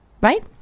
Right